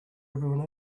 everyone